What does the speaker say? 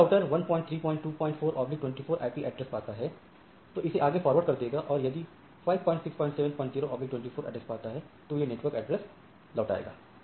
यदि router 1324 24 IP address पाता है तो इसे आगे फॉरवर्ड कर देगा और यदि 567024 अड्डेस पाता है तो ये नेटवर्क एड्रेस लौटाएगा